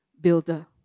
builder